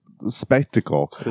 spectacle